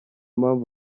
mpamvu